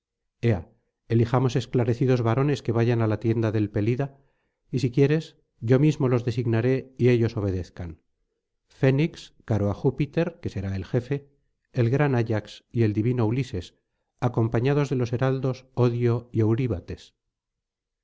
ea elijamos esclarecidos varones que vayan á la tienda del pelida y si quieres yo mismo los designaré y ellos obedezcan fénix caro á júpiter que será el jefe el gran ayax y el divino ulises acompañados de los heraldos odio y